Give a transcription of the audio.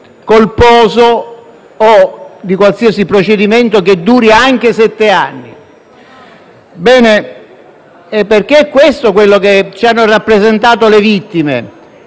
colposo o di qualsiasi procedimento che duri anche sette anni. Perché è questo quello che ci hanno rappresentato le vittime: